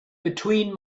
between